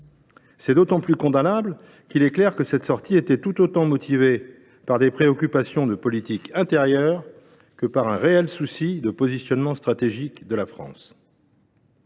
est d’autant plus condamnable qu’il est clair que cette sortie était motivée tout autant par des préoccupations de politique intérieure que par un réel souci de positionnement stratégique de la France.